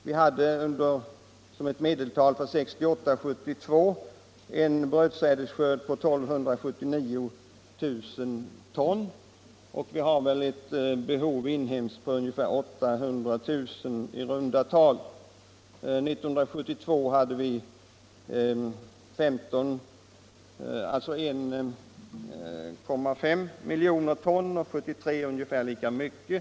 Vi hade som ett medeltal för 1968-1972 en brödsädesskörd på 1 279 000 ton, och vi har väl ett inhemskt behov av ungefär 800 000 ton i runda tal. År 1972 hade vi en skörd på 1,5 miljoner ton och 1973 ungefär lika mycket.